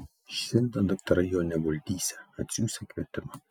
šiandien daktarai jo neguldysią atsiųsią kvietimą